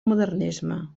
modernisme